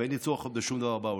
ואין לי צורך עוד בשום דבר בעולם".